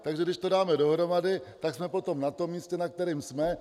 Takže když to dáme dohromady, tak jsme potom na tom místě, na kterém jsme.